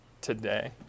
today